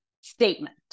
statement